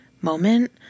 moment